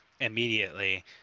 immediately